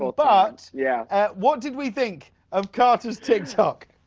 so but yeah and what did we think of carter's ttik tok.